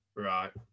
Right